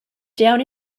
down